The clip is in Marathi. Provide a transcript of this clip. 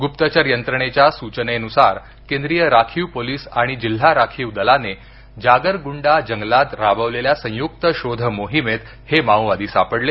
गुप्तचर यंत्रणेच्या सूचनेनुसार केंद्रीय राखीव पोलिस आणि जिल्हा राखीव दलाने जागरगुंडा जंगलात राबवलेल्या संयुक्त शोध मोहिमेत हे माओवादी सापडले